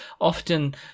often